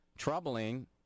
troubling